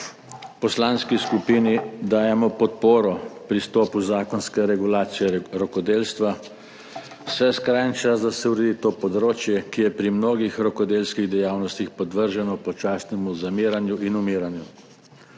poslanski skupini dajemo podporo pristopu zakonske regulacije rokodelstva, saj je skrajni čas, da se uredi to področje, ki je pri mnogih rokodelskih dejavnostih podvrženo počasnemu zamiranju in umiranju.